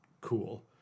cool